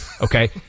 okay